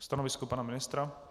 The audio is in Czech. Stanovisko pana ministra?